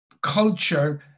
culture